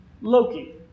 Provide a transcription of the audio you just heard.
Loki